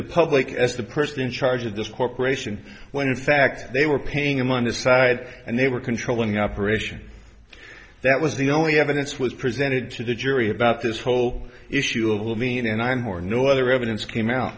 the public as the person in charge of this corporation when in fact they were paying him on his side and they were controlling operation that was the only evidence was presented to the jury about this whole issue will mean and i'm or no other evidence came out